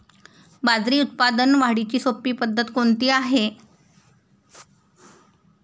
बाजरी उत्पादन वाढीची सोपी पद्धत कोणती आहे?